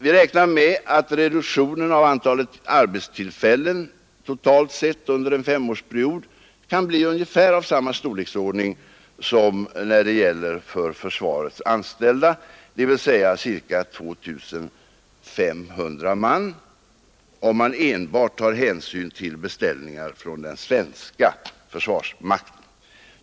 Vi räknar med att reduktionen av antalet arbetstillfällen totalt sett under en femårsperiod kan bli av ungefär samma storleksordning som när det gäller försvarets anställda, dvs. ca 2 500 man, om man tar hänsyn enbart till beställningar från den svenska försvarsmakten.